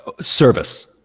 Service